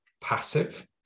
passive